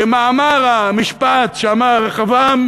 כמאמר המשפט שאמר רחבעם